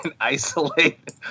isolate